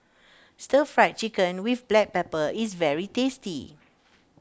Stir Fried Chicken with Black Pepper is very tasty